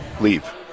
leave